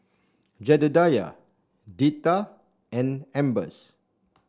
Jedediah Deetta and Ambers